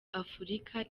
afurika